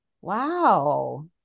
Wow